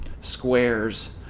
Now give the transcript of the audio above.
squares